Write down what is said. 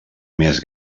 més